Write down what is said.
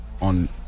on